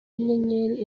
y’inyenyeri